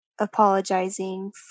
apologizing